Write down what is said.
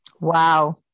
Wow